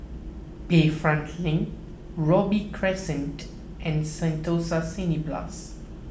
Bayfront Link Robey Crescent and Sentosa Cineblast